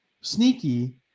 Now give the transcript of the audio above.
Sneaky